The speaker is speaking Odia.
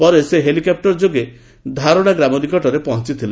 ପରେ ସେ ହେଲିକ୍ୟାପୁର ଯୋଗେ ଧୋରାଡୋ ଗ୍ରାମ ନିକଟରେ ପହଞ୍ଚିଥିଲେ